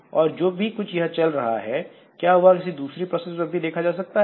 और जो भी यह कुछ चल रहा है क्या यह किसी दूसरी प्रोसेस पर भी देखा जा सकता है